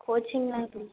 கோச்சிங்லாம் எப்படி மேம்